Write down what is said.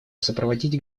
сопроводить